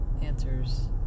answers